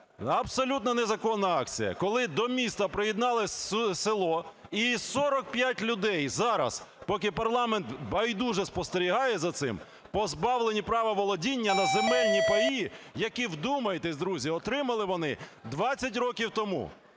абсолютно незаконна акція, коли до міста приєдналося село, і 45 людей зараз, поки парламент байдуже спостерігає за цим, позбавлені права володіння на земельні паї, які, вдумайтесь друзі, отримали вони 20 років тому.